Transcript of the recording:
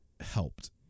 helped